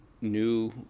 new